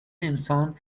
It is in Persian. انسان